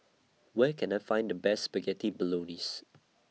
Where Can I Find The Best Spaghetti Bolognese